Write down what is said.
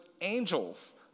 angels